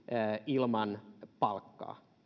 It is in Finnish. ilman palkkaa